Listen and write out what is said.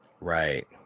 right